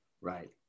Right